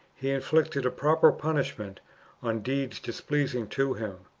he inflicted a proper punishment on deeds displeasing to him.